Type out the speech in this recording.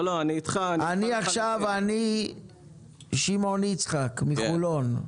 אני עכשיו שמעון יצחק מחולון.